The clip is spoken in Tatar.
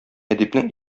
әдипнең